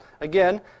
Again